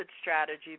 strategy